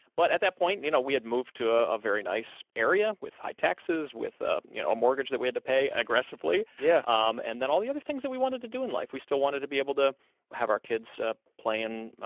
but at that point, you know, we had moved to ah a very nice area with high taxes, with a, you know, a mortgage that we had to pay aggressively. yeah um and then all the other things that we wanted to do in life, we still wanted to be able to. we'll have our kids playing, ah,